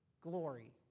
glory